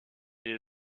des